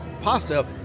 pasta